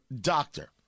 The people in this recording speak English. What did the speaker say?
doctor